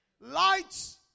lights